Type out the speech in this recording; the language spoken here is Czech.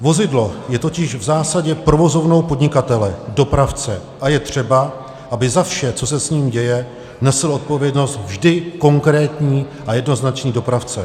Vozidlo je totiž v zásadě provozovnou podnikatele dopravce a je třeba, aby za vše, co se s ním děje, nesl odpovědnost vždy konkrétní a jednoznačný dopravce.